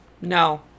No